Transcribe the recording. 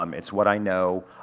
um it's what i know,